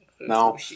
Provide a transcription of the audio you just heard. no